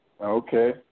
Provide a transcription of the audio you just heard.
Okay